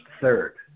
third